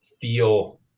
feel